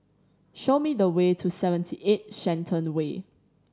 show me the way to Seventy Eight Shenton Way